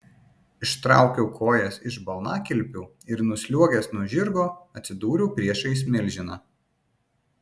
ištraukiau kojas iš balnakilpių ir nusliuogęs nuo žirgo atsidūriau priešais milžiną